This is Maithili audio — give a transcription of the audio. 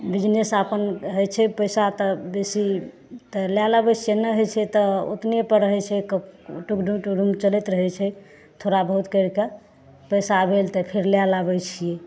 बिजनेस अपन हय छै पैसा तऽ बेसी तऽ लए लाबै छै नहि हय छै तऽ ओतने पर रहै छै टुक ढूम टुक ढूम चलैत रहैत छै थोड़ा बहुत करि कऽ पैसा भेल तऽ फेर लए लाबैत छियै